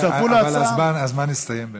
אבל הזמן הסתיים.